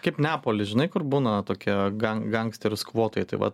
kaip neapoly žinai kur būna tokie gan gangsterių skvotai tai vat